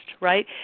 right